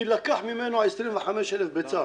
יילקחו ממנו 25,000 ביצים.